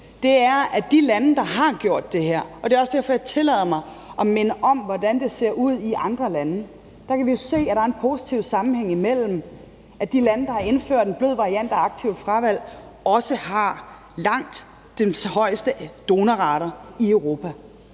kan se i de lande, der har gjort det her – det er også derfor, jeg tillader mig at minde om, hvordan det ser ud i andre lande – er, at der er en positiv sammenhæng, for de lande, der har indført en blød variant af aktivt fravalg, har også langt den højeste donorrate i Europa.